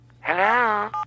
Hello